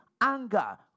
Anger